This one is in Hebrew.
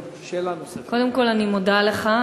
בוא אני אספר לך.